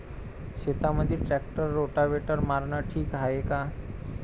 शेतामंदी tractor rotavator मारनं ठीक हाये का?